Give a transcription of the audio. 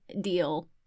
deal